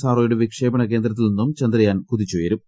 R ഒയുടെ വിക്ഷേപണ കേന്ദ്രത്തിൽ നിന്നും ചന്ദ്രയാൻ കുതിച്ചുയരും